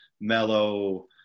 mellow